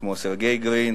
כמו סרגיי גרין,